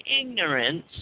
ignorance